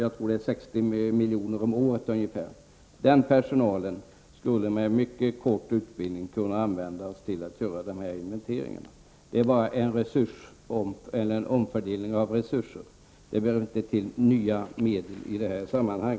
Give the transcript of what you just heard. Jag tror att det handlar om ungefär 60 miljoner om året. Personalen där skulle med mycket kort utbildning kunna användas till att göra dessa inventeringar. Det handlar bara om en omfördelning av resurser. Det behöver inte tillföras nya medel i detta sammanhang.